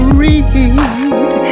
read